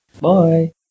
Bye